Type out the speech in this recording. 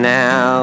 now